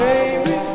Baby